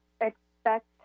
expect